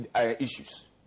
issues